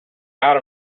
out